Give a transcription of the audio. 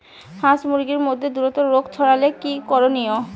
হাস মুরগির মধ্যে দ্রুত রোগ ছড়ালে কি করণীয়?